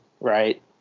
right